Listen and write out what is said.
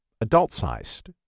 adult-sized